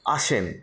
আসেন